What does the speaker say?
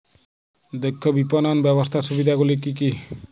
দক্ষ বিপণন ব্যবস্থার সুবিধাগুলি কি কি?